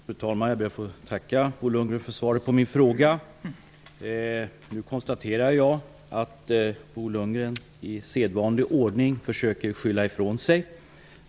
Fru talman! Jag ber att få tacka Bo Lundgren för svaret på min fråga. Jag konstaterar att Bo Lundgren i sedvanlig ordning försöker skylla ifrån sig.